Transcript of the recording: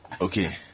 Okay